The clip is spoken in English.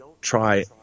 try